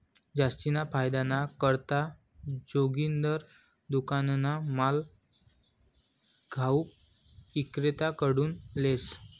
जास्तीना फायदाना करता जोगिंदर दुकानना माल घाऊक इक्रेताकडथून लेस